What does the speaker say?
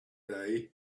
day